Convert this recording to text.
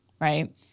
right